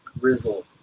grizzle